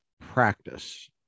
practice